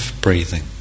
breathing